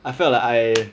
I felt like I